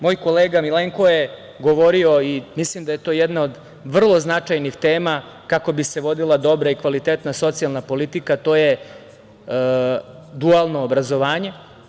Moj kolega Milenko je govorio i mislim da je to jedna od vrlo značajnih tema kako bi se vodila dobra i kvalitetna socijalna politika, a to je dualno obrazovanje.